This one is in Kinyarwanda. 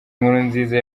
nkurunziza